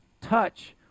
touch